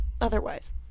Otherwise